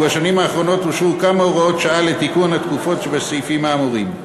ובשנים האחרונות אושרו כמה הוראות שעה לתיקון התקופות שבסעיפים האמורים,